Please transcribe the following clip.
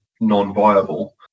non-viable